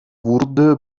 wurde